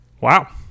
Wow